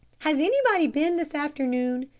has anybody been this afternoon?